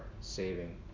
saving